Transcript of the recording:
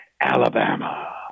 Alabama